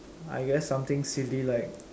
I guess something silly like